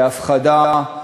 בהפחדה,